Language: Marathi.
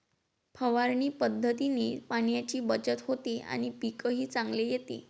फवारणी पद्धतीने पाण्याची बचत होते आणि पीकही चांगले येते